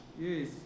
Yes